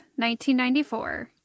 1994